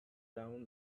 down